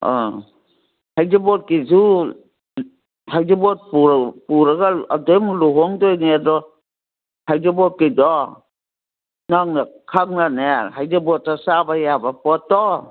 ꯑꯥ ꯍꯩꯖꯤꯡꯄꯣꯠꯀꯤꯁꯨ ꯍꯩꯖꯤꯡꯄꯣꯠ ꯄꯨꯔꯒ ꯑꯗꯒꯤ ꯑꯃꯨꯛ ꯂꯨꯍꯣꯡꯒꯗꯣꯏꯅꯦ ꯑꯗꯣ ꯍꯩꯖꯤꯡꯄꯣꯠꯀꯤꯗꯣ ꯅꯪꯅ ꯈꯪꯅꯅꯦ ꯍꯩꯖꯤꯡꯄꯣꯠꯇ ꯆꯥꯕ ꯌꯥꯕ ꯄꯣꯠꯇꯣ